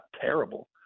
terrible